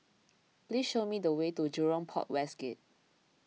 please show me the way to Jurong Port West Gate